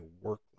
work